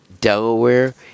Delaware